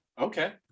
Okay